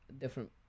different